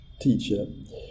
teacher